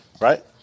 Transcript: right